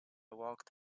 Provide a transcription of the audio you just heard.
walked